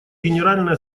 генеральная